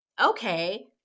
okay